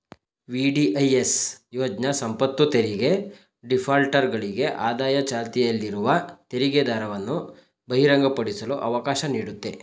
VDIS ಯೋಜ್ನ ಸಂಪತ್ತುತೆರಿಗೆ ಡಿಫಾಲ್ಟರ್ಗಳಿಗೆ ಆದಾಯ ಚಾಲ್ತಿಯಲ್ಲಿರುವ ತೆರಿಗೆದರವನ್ನು ಬಹಿರಂಗಪಡಿಸಲು ಅವಕಾಶ ನೀಡುತ್ತೆ